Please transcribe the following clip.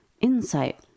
insight